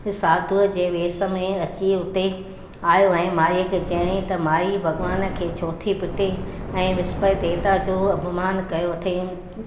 साधूअ जे वेस में अची उते आयो ऐं माईअ खे चयाईं त माई भॻवान खे छो थी पिटीं ऐंं विस्पति देविता जो अपमानु कयो अथई